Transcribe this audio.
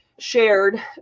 shared